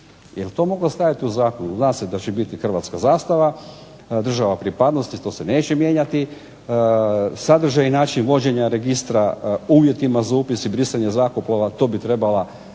Je li to moglo stajati u zakonu? Zna se da će biti hrvatska zastava, država pripadnosti to se neće mijenjati. Sadržaj i način vođenja registra, uvjetima za upis i brisanje zrakoplova. To bi trebala